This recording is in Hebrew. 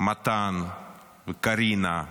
מתן, קרינה,